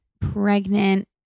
pregnant